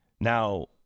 now